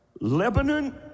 Lebanon